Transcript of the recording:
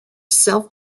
self